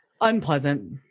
Unpleasant